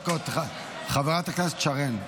חברת הכנסת שרן,